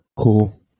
Cool